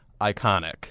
iconic